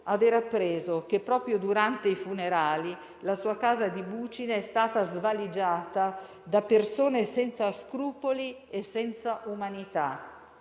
aver appreso che, proprio durante i funerali, la sua casa di Bucine è stata svaligiata da persone senza scrupoli e senza umanità.